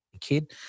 kid